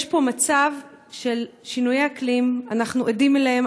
יש פה מצב של שינויי אקלים שאנחנו עדים אליהם,